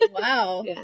wow